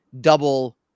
double